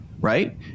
right